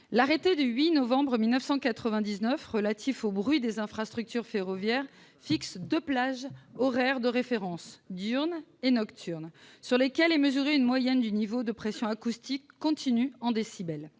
L'arrêté du 8 novembre 1999 relatif au bruit des infrastructures ferroviaires fixe deux plages horaires de référence, diurne et nocturne, sur lesquelles est mesurée une moyenne du niveau continu de pression acoustique en décibels.